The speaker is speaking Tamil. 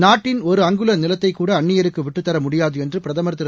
நாட்டின் ஒரு அங்குல நிலத்தைக்கூட அந்நியருக்கு விட்டுத் தர முடியாது என்று பிரதமர் திரு